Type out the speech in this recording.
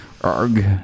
arg